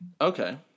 Okay